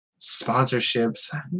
sponsorships